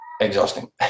exhausting